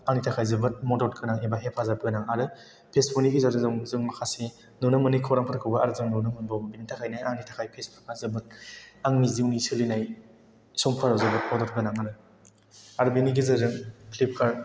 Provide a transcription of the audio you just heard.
आंनि थाखाय जोबोद मदद गोनां एबा हेफाजाब गोनां आरो फेसबुक नि गेजेरजों जों माखासे नुनो मोनि खौरांफोरखौबो आरो जोङो नुनो मोनबावो बेनि थाखायनो आंनि थाखाय फेसबुक आ जोबोद आंनि जिउनि सोलिनाय समफोराव जोबोद मदद गोनां आरो आरो बेनि उनाव फ्लिपकार्ट